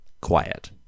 quiet